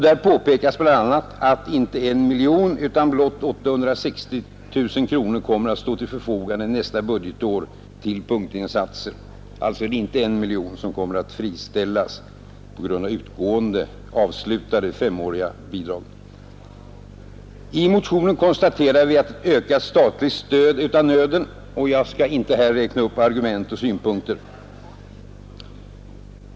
Där påpekas bl.a. att inte 1 miljon utan blott 860 000 kronor kommer att stå till förfogande nästa budgetår till punktinsatser på grund av att de femåriga bidragen upphör. I motionen konstaterar vi att ökat statligt stöd är av nöden. Jag skall inte här räkna upp argument och synpunkter.